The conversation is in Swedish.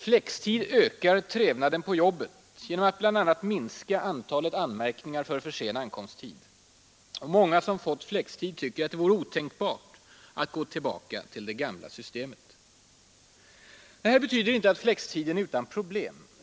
Flextid ökar trevnaden på jobbet genom att bl.a. minska antalet anmärkningar på grund av för sen ankomsttid. Många som fått flextid tycker att det vore otänkbart att gå tillbaka till det gamla systemet. Det här betyder inte att flextiden är utan problem.